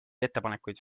ettepanekuid